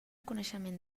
coneixement